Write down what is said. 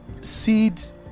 seeds